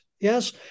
yes